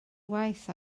waith